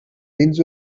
dins